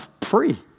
free